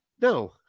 No